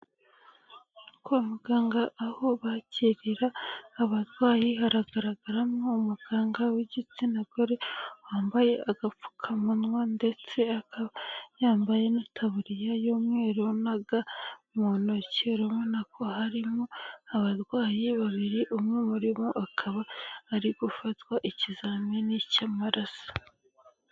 Kwa muganga aho bakirira abarwayi haragaragaramo umuganga w'igitsina gore wambaye agapfukamunwa ndetse akaba yambaye n'itaburiya y'umweru na ga mu ntoki, urubona ko harimo abarwayi babiri umwe muri bo akaba ari gufatwa ikizamini cy'amaraso.